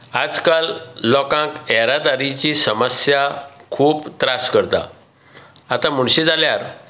आज काल लोकांक येरादारीची समस्या खूब त्रास करता आतां म्हणशी जाल्यार